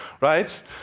right